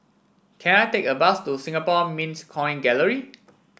can I take a bus to Singapore Mint Coin Gallery